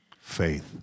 Faith